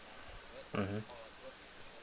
mmhmm